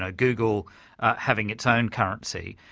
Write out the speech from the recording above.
ah google having its own currency,